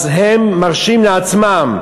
אז הם מרשים לעצמם,